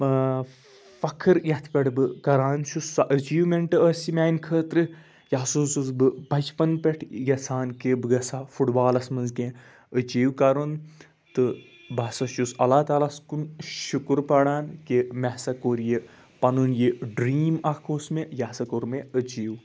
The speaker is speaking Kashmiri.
فَخٕر یَتھ پٮ۪ٹھ بہٕ کَران چھُس سۄ اٮ۪چِیٖومَینٛٹ ٲسۍ یہِ میٛانہِ خٲطرٕ یہِ ہسَا اوسُس بہٕ بَچپَن پٮ۪ٹھ یَژھان کہ بہٕ گژھٕ ہا فُٹ بالَس منٛز کینٛہہ اٮ۪چِیٖو کَرُن تہٕ بہٕ ہسا چھُس اللہ تعالَس کُن شُکر پَران کہ مےٚ ہسَا کوٚر یہِ پَنُن یہِ ڈرٛیٖم اَکھ اوس مےٚ یہِ ہسَا کوٚر مےٚ اٮ۪چِیٖو